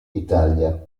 italia